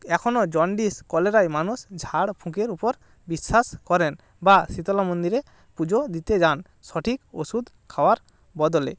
এখনও জন্ডিস কলেরায় মানুষ ঝাড়ফুঁকের উপর বিশ্বাস করেন বা শীতলা মন্দিরে পুজো দিতে যান সঠিক ওষুধ খাওয়ার বদলে